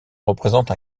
représente